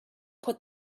put